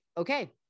Okay